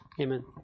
Amen